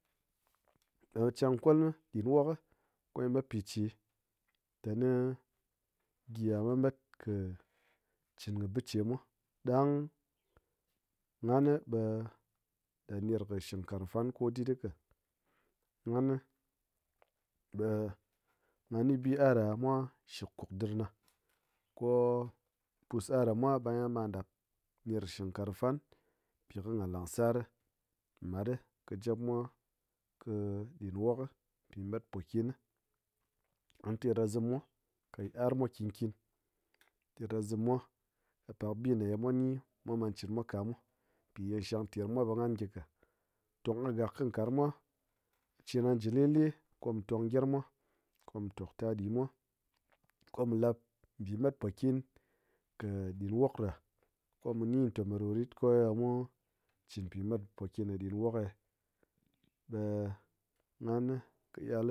Ɗo chankwalm dim wok kɨ gyi mat piche ta ni gyi yal gyi mat kɨ chin kɨ bichemwa ɗang nghani ɓe ɗa ner ki shinkarang fan kodit ka nghani ɓe ngha bi'aɗamwa shikuk dirna ko pus'aɗamwa ɓe ngha ya ɓa ɗap ner kɨ shingkarang fan pi kɨ ngha langsar mat kɨ japmwa kɨ ɗinwok pi mat pokin, ngha terkɨzim mwa kɨ yit'armwa nkin nkin, terkɨzim mwa kɨ pak bi mwa ni mwa man chinkimwa ka̱mwa piye shand ter gyimwa ɓe nghan gyinka, tongkɨgak kɨ nkarangmwa chir ngha ji lele kɨ mu tong girmmwa ko mu tok taɗimwa ko mu lap bi mat pokin kɨ ɗinwokɗa komu ni te me ɗo rit kɨ ye mu chin pi matpokɨn kɨ ɗinwokghe ɓe nghani kɨ yal li